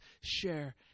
share